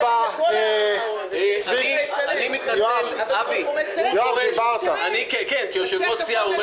לשמוע, אדוני היושב-ראש, את הייעוץ המשפטי.